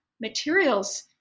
materials